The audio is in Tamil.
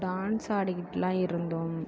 டான்ஸ் ஆடிகிட்டுல்லாம் இருந்தோம்